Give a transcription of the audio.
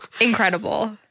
Incredible